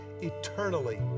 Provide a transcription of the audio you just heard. eternally